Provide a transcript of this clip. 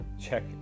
check